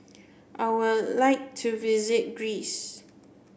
I would like to visit Greece